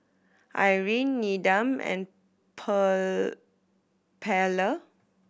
Irine Needham and Pearla